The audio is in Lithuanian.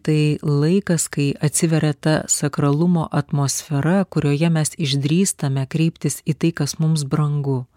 tai laikas kai atsiveria ta sakralumo atmosfera kurioje mes išdrįstame kreiptis į tai kas mums brangu